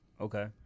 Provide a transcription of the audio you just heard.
Okay